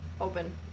open